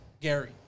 Gary